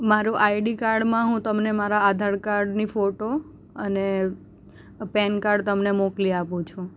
મારું આઈડી કાર્ડમાં હું તમને મારા આધાર કાર્ડની ફોટો અને પેન કાર્ડ તમને મોકલી આપું છું